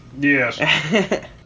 Yes